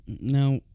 now